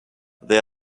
there